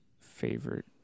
favorite